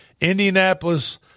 Indianapolis